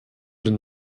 den